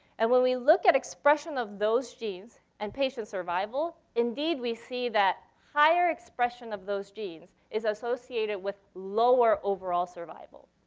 and when we look at expressions of those genes, and patient survival, indeed we see that higher expression of those genes is associated with lower overall survival.